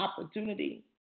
opportunity